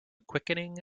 quickening